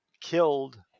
killed